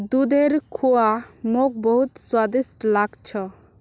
दूधेर खुआ मोक बहुत स्वादिष्ट लाग छ